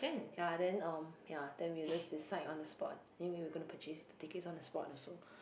ya then um ya then we just decide on the spot anyway we gonna purchase the tickets on the spot also